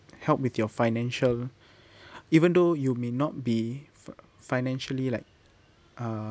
help with your financial even though you may not be fi~ financially like uh